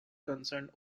concerned